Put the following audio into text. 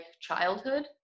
childhood